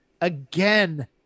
again